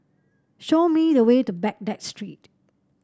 show me the way to Baghdad Street